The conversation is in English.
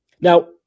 Now